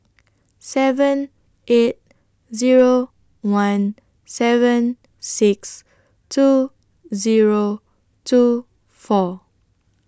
seven eight Zero one seven six two Zero two four